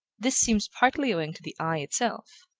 this seems partly owing to the eye itself.